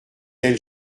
elle